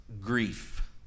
Grief